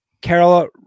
Carol